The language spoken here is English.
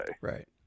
Right